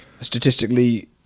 statistically